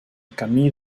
camí